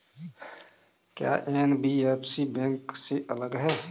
क्या NBFC bank से अलग है?